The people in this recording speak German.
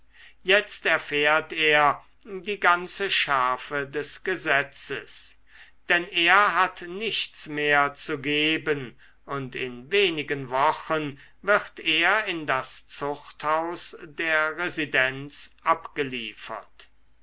jetzt erfährt er die ganze schärfe des gesetzes denn er hat nichts mehr zu geben und in wenigen wochen wird er in das zuchthaus der residenz abgeliefert